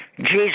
Jesus